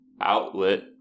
outlet